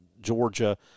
Georgia